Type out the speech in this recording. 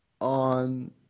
on